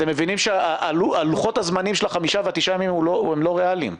אתה מבין שלוחות הזמנים של חמישה ותשעה ימים הם לא ריאליים?